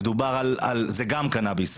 זה גם קנאביס.